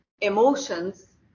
emotions